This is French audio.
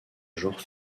genre